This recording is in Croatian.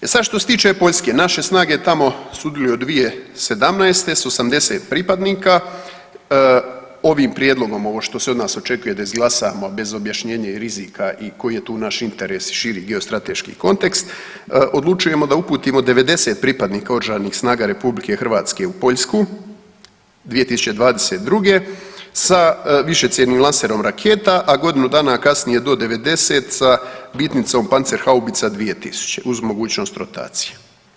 E sad što se tiče Poljske, naše snage tamo sudjeluju od 2017. s 80 pripadnika, ovim prijedlogom ovo što se od nas očekuje da izglasamo bez objašnjenja i rizika i koji je tu naš interes i širi geostrateški kontekst, odlučujemo da uputimo 90 pripadnika Oružanih snaga RH u Poljsku 2022. sa višecjevnim lanserom raketa, a godinu dana kasnije do 90 sa bitnicom Panzer haubica 2000 uz mogućnost rotacije.